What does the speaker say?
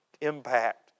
impact